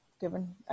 given